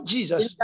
Jesus